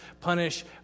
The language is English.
punish